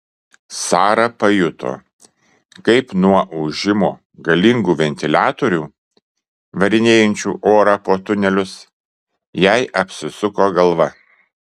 sara pajuto kaip nuo ūžimo galingų ventiliatorių varinėjančių orą po tunelius jai apsisuko galva